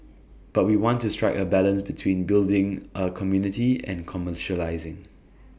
but we want to strike A balance between building A community and commercialising